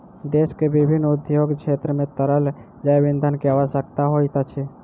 देश के विभिन्न उद्योग क्षेत्र मे तरल जैव ईंधन के आवश्यकता होइत अछि